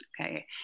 Okay